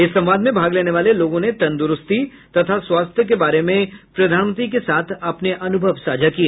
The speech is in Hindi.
इस संवाद में भाग लेने वाले लोगों ने तंदुरूस्ती तथा स्वास्थ्य के बारे में प्रधानमंत्री के साथ अपने अनुभव साझा किए